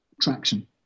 traction